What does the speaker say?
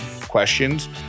questions